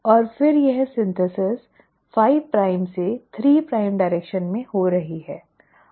और फिर यह संश्लेषण 5 प्राइम से 3 प्राइम दिशा में हो रहा है